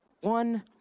one